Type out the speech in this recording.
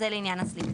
זה לעניין הסליקה.